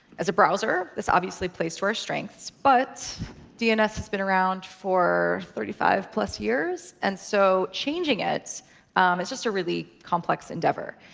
as a browser, this obviously plays to our strengths. but dns has been around for thirty five plus years. and so changing it is just a really complex endeavor.